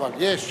אבל יש לנו.